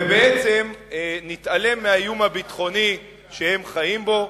ובעצם נתעלם מהאיום הביטחוני שהם חיים בו.